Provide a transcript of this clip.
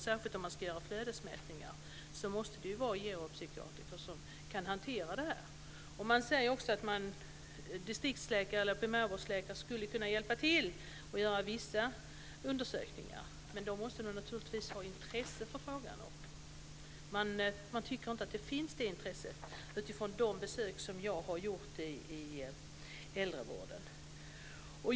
Särskilt flödesmätningar måste utföras av geriatrikpsykiatriker som kan hantera detta. Man säger också att distriktsläkare eller primärvårdsläkare skulle kunna hjälpa till med vissa undersökningar, men då måste de naturligtvis ha intresse för frågan. Man tycker inte att det intresset finns säger man vid de besök som jag har gjort i äldrevården.